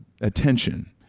attention